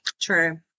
true